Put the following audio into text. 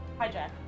Hijack